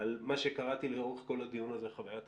על מה שקראתי לאורך כל הדיון הזה, חווית המשתמש,